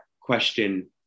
question